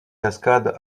cascades